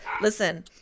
listen